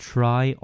Try